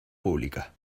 pública